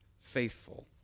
faithful